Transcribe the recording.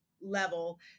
level